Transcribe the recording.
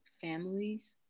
families